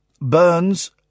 burns